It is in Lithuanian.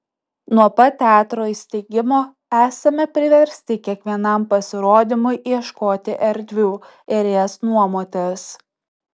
nuo pat teatro įsteigimo esame priversti kiekvienam pasirodymui ieškoti erdvių ir jas nuomotis